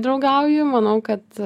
draugauju manau kad